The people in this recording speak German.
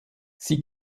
sie